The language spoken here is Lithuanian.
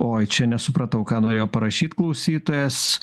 oi čia nesupratau ką norėjo parašyti klausytojas